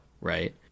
Right